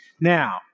Now